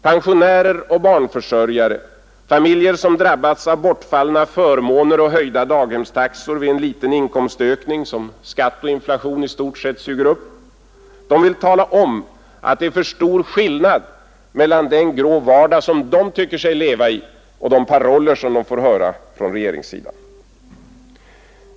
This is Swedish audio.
Pensionärer, barnförsörjare och familjer som drabbats av bortfallna förmåner och höjda daghemstaxor vid en liten inkomstökning som skatt och inflation i stort sett suger upp vill tala om att det är för stor skillnad mellan den grå vardag som de tycker sig leva i och de paroller som de får höra från regeringssidan.